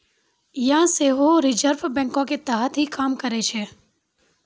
यें सेहो रिजर्व बैंको के तहत ही काम करै छै